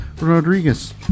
Rodriguez